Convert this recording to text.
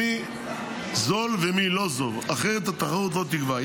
מי זול ומי לא זול, אחרת התחרות לא תקבע.